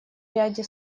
ряде